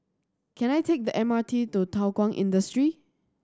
can I take the M R T to Thow Kwang Industry